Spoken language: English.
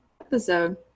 Episode